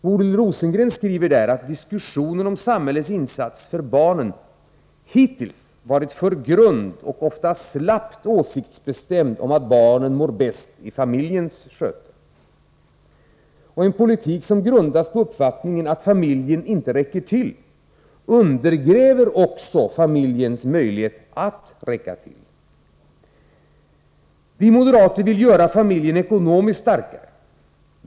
Bodil Rosengren skriver där att diskussionen om samhällets insats för barnen hittills varit för grund och ofta slappt åtsiktsbestämd om att barnen mår bäst i familjens sköte. : En politik som grundas på uppfattningen att familjen inte räcker till undergräver också familjens möjlighet att räcka till. Vi moderater vill göra familjen ekonomiskt starkare.